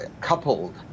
coupled